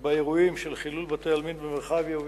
באירועים של חילול בתי-עלמין במרחביה ובנבטים.